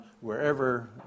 wherever